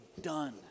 done